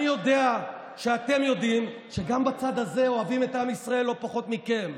אני יודע שאתם יודעים שגם בצד הזה אוהבים את עם ישראל לא פחות מכם,